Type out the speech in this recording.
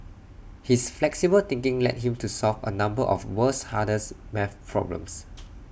his flexible thinking led him to solve A number of world's hardest math problems